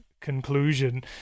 conclusion